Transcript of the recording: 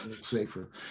safer